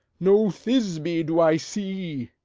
no thisby do i see.